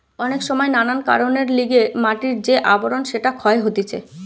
অনেক সময় নানান কারণের লিগে মাটির যে আবরণ সেটা ক্ষয় হতিছে